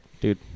Dude